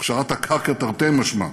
הכשרת הקרקע תרתי משמע,